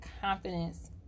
confidence